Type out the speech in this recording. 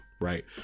right